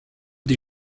des